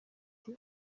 ati